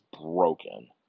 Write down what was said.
broken